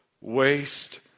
waste